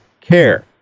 care